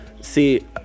See